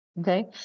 okay